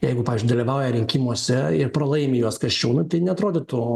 jeigu pavyzdžiui dalyvauja rinkimuose ir pralaimi juos kasčiūnui tai neatrodytų